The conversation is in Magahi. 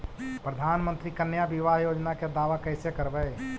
प्रधानमंत्री कन्या बिबाह योजना के दाबा कैसे करबै?